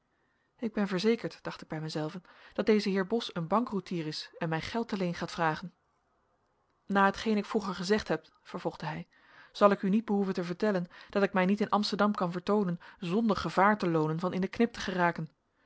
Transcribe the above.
ik ben verzekerd dacht ik bij mijzelven dat deze heer bos een bankroetier is en mij geld te leen gaat vragen na hetgeen ik vroeger gezegd heb vervolgde hij zal ik u niet behoeven te vertellen dat ik mij niet in amsterdam kan vertoonen zonder gevaar te loonen van in de knip te geraken